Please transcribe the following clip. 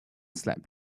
slept